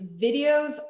videos